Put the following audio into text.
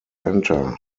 enter